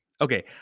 Okay